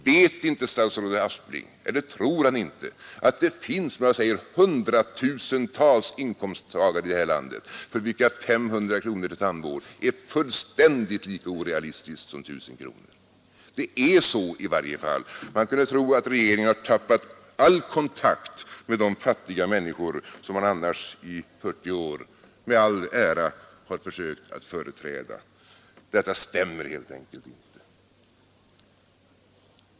Vet inte statsrådet Aspling — eller tror han inte — att det finns, som jag sade, hundratusentals inkomsttagare i det här landet för vilka 500 kronor i tandvård är fullständigt lika orealistiskt som 1 000 kronor? Det är så i varje fall. Man kunde tro att regeringen har tappat all kontakt med de fattiga människor som man annars i 40 år med all ära har försökt företräda. Detta stämmer helt enkelt inte.